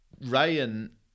Ryan